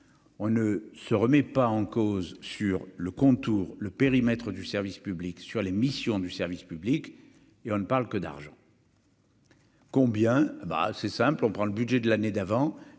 on ne se remet pas en cause sur le contour, le périmètre du service public sur les missions du service public et on ne parle que d'argent. Combien ben c'est simple : on prend le budget de l'année d'avant